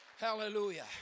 Hallelujah